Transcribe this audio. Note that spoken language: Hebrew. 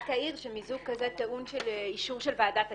מיזוג כזה טעון אישור של ועדת הכנסת.